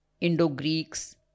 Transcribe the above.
Indo-Greeks